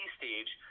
stage